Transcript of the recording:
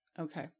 Okay